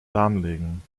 lahmlegen